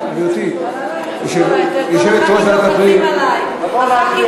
אני רוצה להגיד, את מבקשת?